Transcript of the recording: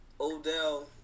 Odell